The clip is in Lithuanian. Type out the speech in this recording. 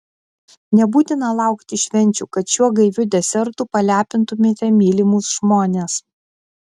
nebūtina laukti švenčių kad šiuo gaiviu desertu palepintumėte mylimus žmones